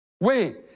Wait